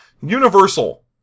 Universal